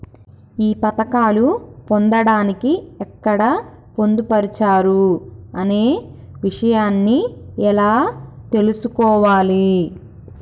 ఈ పథకాలు పొందడానికి ఎక్కడ పొందుపరిచారు అనే విషయాన్ని ఎలా తెలుసుకోవాలి?